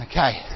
Okay